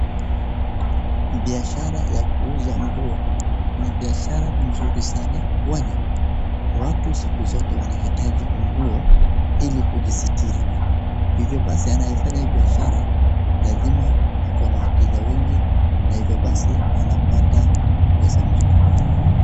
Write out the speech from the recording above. Biashara ya kuuza nguo ni biashara mzuri sana kwani watu siku zote wanahitaji nguo ili kujisitiri. Hivyo basi anayefanya hii biashara lazima ako na wateja wengi na hivyo basi anapata pesa mzuri.